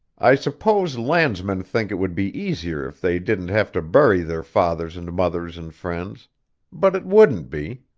i suppose landsmen think it would be easier if they didn't have to bury their fathers and mothers and friends but it wouldn't be.